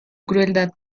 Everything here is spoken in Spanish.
crueldad